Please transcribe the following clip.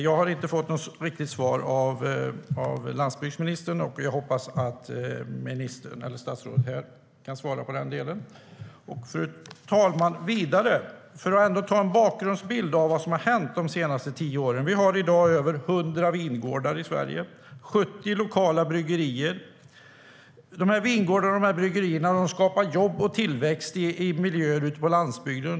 Jag har inte fått något riktigt svar av landsbygdsministern. Jag hoppas att statsrådet här kan svara på den frågan. Fru talman! För att ge en bakgrundsbild av vad som har hänt de senaste tio åren kan jag säga att vi i dag har över 100 vingårdar och 70 lokala bryggerier i Sverige. Vingårdarna och bryggerierna skapar jobb och tillväxt i miljöer ute på landsbygden.